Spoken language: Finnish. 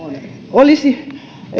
olisi